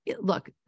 Look